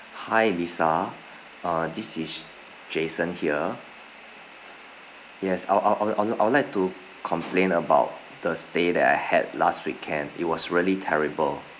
hi lisa uh this is jason here yes I'll I'll I'll I'll like to complain about the stay that I had last weekend it was really terrible